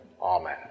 Amen